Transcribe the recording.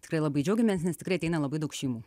tikrai labai džiaugiamės nes tikrai ateina labai daug šeimų